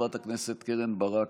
חברת הכנסת קרן ברק,